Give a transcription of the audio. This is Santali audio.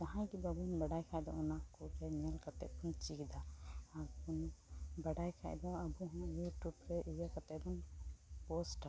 ᱡᱟᱦᱟᱸᱭ ᱠᱚᱫᱚᱵᱚᱱ ᱵᱟᱲᱟᱭ ᱠᱷᱟᱡᱫᱚ ᱚᱱᱟ ᱠᱚᱨᱮ ᱧᱮᱞ ᱠᱟᱛᱮᱵᱚᱱ ᱪᱮᱫᱟ ᱟᱨ ᱵᱟᱲᱟᱭ ᱠᱷᱟᱡᱫᱚ ᱟᱵᱚᱦᱚᱸ ᱤᱭᱩᱴᱩᱵᱽᱨᱮ ᱤᱭᱟᱹ ᱠᱟᱛᱮᱫᱵᱚᱱ ᱯᱳᱥᱴᱟ